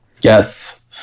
Yes